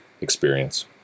experience